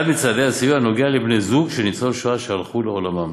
אחד מצעדי הסיוע נוגע לבני-זוג של ניצולי שואה שהלכו לעולמם.